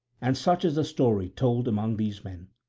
and such is the story told among these men.